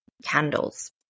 candles